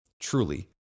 Truly